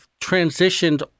transitioned